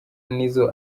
nizzo